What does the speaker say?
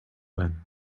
then